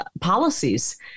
policies